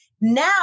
Now